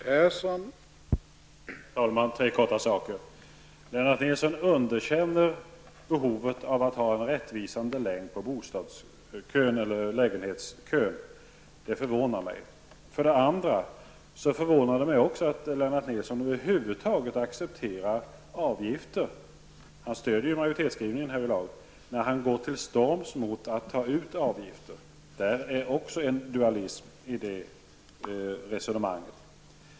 Herr talman! Jag vill kortfattat ta upp tre saker. För det första: Lennart Nilsson underkänner behovet av att ha en rättvisande längd på bostadskön. Det förvånar mig. För det andra: Det förvånar mig också att Lennart Nilsson över huvud taget accepterar avgifter -- han stöder ju majoritetsskrivningen härvidlag -- när han går till storms mot att ta ut avgifter. Det finns en dualism även i det resonemanget.